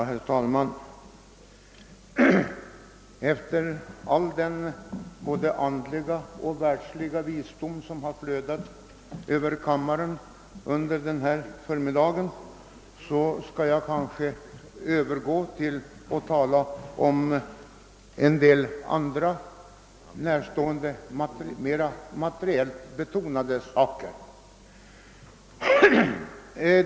Herr talman! Efter all den både andliga och världsliga visdom som har flödat över kammaren här i dag skall jag övergå till att tala om en del närstående, mera materiellt betonade ting.